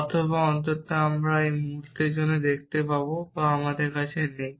অথবা অন্তত আমরা এক মুহুর্তের মধ্যে দেখতে পাব যা আমাদের কাছে নেই